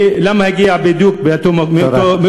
ולמה הגיע בדיוק, תודה.